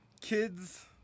kids